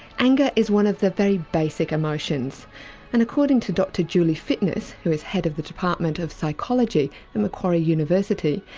anger is one of the very basic emotions and according to dr julie fitness, who is head of the department of psychology at and macquarie university,